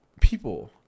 People